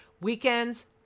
Weekend's